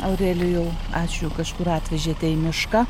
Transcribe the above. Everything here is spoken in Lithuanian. aurelijau ačiū kažkur atvežėte į mišką